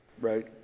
right